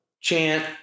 chant